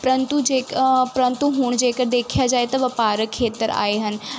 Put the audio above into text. ਪਰੰਤੂ ਜੇ ਪਰੰਤੂ ਹੁਣ ਜੇਕਰ ਦੇਖਿਆ ਜਾਏ ਤਾਂ ਵਪਾਰਕ ਖੇਤਰ ਆਏ ਹਨ